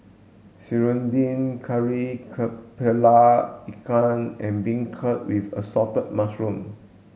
Serunding Kari Kepala Ikan and beancurd with assorted mushrooms